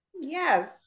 Yes